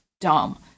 dumb